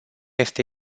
este